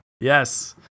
Yes